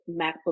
macbook